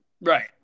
Right